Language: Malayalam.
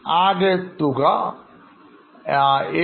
ആകെ തുക 750000